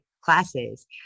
classes